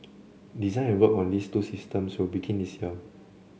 design and work on these two systems will begin this year